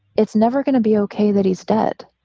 it's never going to be ok that he's dead